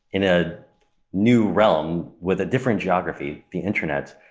in a new realm with a different geography, the internet,